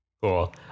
Cool